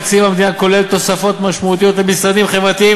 תקציב המדינה כולל תוספות משמעותיות למשרדים החברתיים,